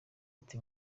ati